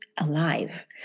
alive